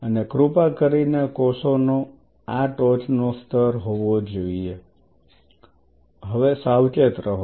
અને કૃપા કરીને કોષો નો આ ટોચનો સ્તર હોવા માટે સાવચેત રહો